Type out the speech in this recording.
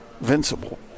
invincible